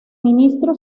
ministro